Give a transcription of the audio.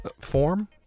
form